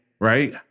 right